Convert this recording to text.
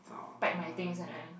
pack my things and then